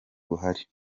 buhari